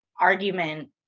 argument